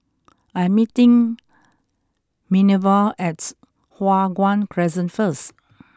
I am meeting Minerva at Hua Guan Crescent first